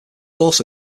also